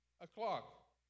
o'clock